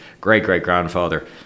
Great-great-grandfather